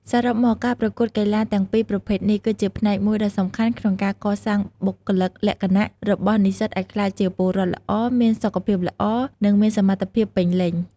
សរុបមក ការប្រកួតកីឡាទាំងពីរប្រភេទនេះ គឺជាផ្នែកមួយដ៏សំខាន់ក្នុងការកសាងបុគ្គលិកលក្ខណៈរបស់និស្សិតឱ្យក្លាយជាពលរដ្ឋល្អ មានសុខភាពល្អ និងមានសមត្ថភាពពេញលេញ។